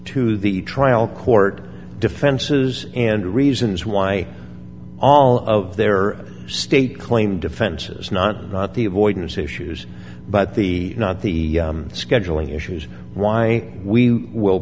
to the trial court defenses and reasons why all of their state claim defenses not not the avoidance issues but the not the scheduling issues why we will